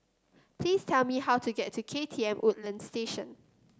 please tell me how to get to KTM Woodlands Station